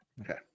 Okay